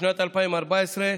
משנת 2014,